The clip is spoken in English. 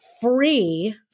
free